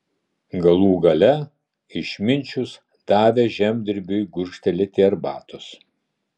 galų gale išminčius davė žemdirbiui gurkštelėti arbatos